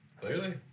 Clearly